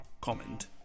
comment